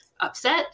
upset